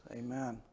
amen